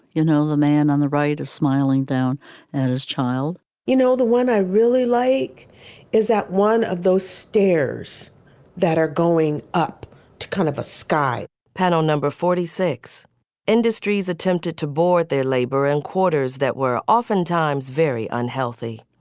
you know, the man on the right is smiling down at his child you know, the one i really like is that one of those stairs that are going up to kind of a sky panel, number forty six industries attempted to board their labor and quarters that were oftentimes very unhealthy.